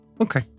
Okay